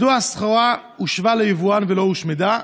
1. מדוע הסחורה הושבה ליבואן ולא הושמדה?